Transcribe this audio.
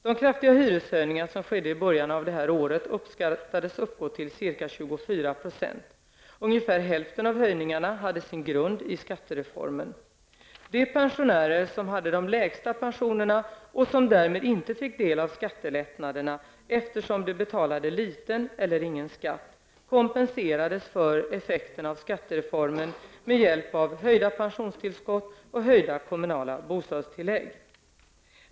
De kraftiga hyreshöjningar som skedde i början av det här året uppskattades uppgå till ca 24 %. Ungefär hälften av höjningarna hade sin grund i skattereformen. De pensionärer som hade de lägsta pensionerna och som därmed inte fick del av skattelättnaderna, eftersom de betalade liten eller ingen skatt, kompenserades för effekterna av skattereformen med hjälp av höjda pensionstillskott och höjda kommunala bostadstillägg .